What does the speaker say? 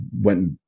went